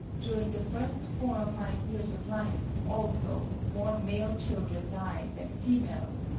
during the first four or five years of life, also, more male children die than females,